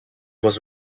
was